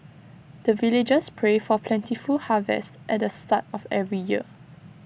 the villagers pray for plentiful harvest at the start of every year